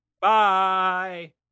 Bye